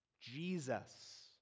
Jesus